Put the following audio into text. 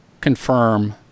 confirm